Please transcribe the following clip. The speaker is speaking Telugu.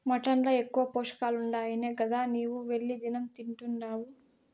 మటన్ ల ఎక్కువ పోషకాలుండాయనే గదా నీవు వెళ్లి దినం తింటున్డావు